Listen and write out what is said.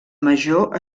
major